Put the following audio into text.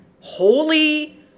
holy